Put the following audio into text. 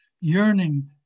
yearning